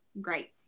great